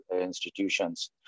institutions